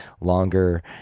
longer